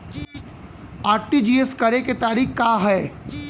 RTGS करे के तरीका का हैं?